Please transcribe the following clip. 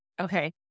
Okay